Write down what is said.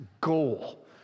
goal